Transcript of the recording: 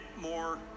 more